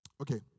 Okay